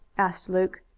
asked luke.